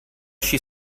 she